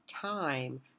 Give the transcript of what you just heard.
time